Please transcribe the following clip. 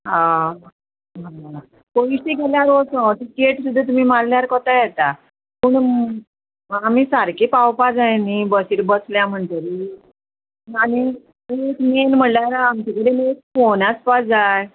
आ हय पयशे गेल्यार वोसो टिकेट सुद्दां तुमी मारल्यार कोता येता पूण आमी सारकी पावपा जाय न्ही बसीर बसल्या म्हणटगीर आनी मागीर मेन म्हणल्यार आमचे कडेन फोन आसपा जाय